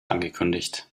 angekündigt